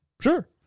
sure